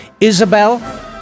isabel